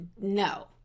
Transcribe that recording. no